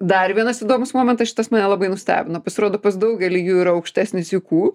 dar vienas įdomus momentas šitas mane labai nustebino pasirodo pas daugelį jų yra aukštesnis jukū